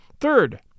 Third